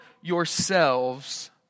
yourselves